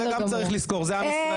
זה גם צריך לזכור זה עם ישראל.